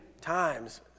times